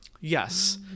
Yes